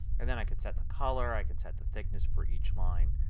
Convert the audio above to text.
and then i can set the color, i can set the thickness for each line.